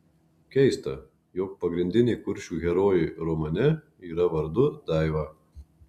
keista jog pagrindinė kuršių herojė romane yra vardu daiva